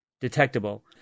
detectable